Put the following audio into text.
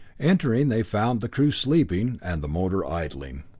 entering, they found the crew sleeping, and the motor idling.